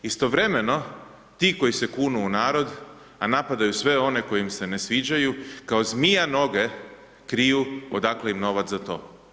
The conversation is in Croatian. Istovremeno ti koji se kunu u narod a napadaju sve one koji im se ne sviđaju, kao zmija noge kriju odakle im novac za to.